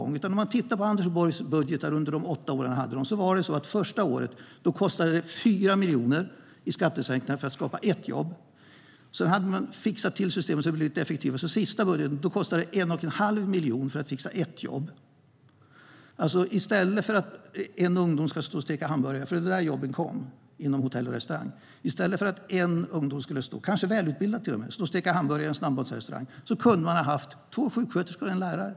När det gäller Anders Borgs budgetar under hans åtta år: Första året kostade det 4 miljoner i skattesänkningar för att skapa ett jobb. Sista budgeten kostade det 1 1⁄2 miljon för att fixa ett jobb. I stället för att en kanske välutbildad ungdom ska stå och steka hamburgare - jobben kom från hotell och restaurang - kunde man ha haft två sjuksköterskor och en lärare.